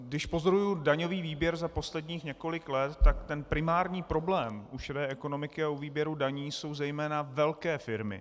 Když pozoruji daňový výběr za posledních několik let, tak ten primární problém u šedé ekonomiky a u výběru daní jsou zejména velké firmy.